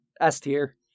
S-tier